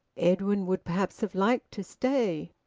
edwin would perhaps have liked to stay.